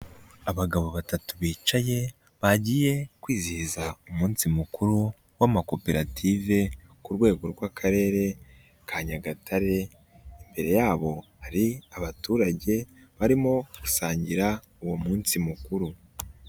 Abagabo batatu bicaye bagiye kwizihiza umunsi mukuru w'amakoperative ku rwego rw'Akarere ka Nyagatare, imbere yabo hari abaturage barimo gusangira uwo munsi mukuru.